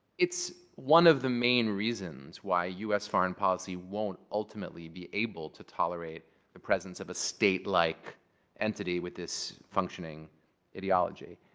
it's one of the main reasons why us foreign policy won't ultimately be able to tolerate the presence of a state-like entity with this functioning ideology.